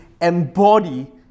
embody